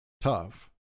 tough